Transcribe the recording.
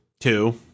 two